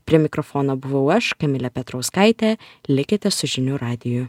prie mikrofono buvau aš kamilė petrauskaitė likite su žinių radiju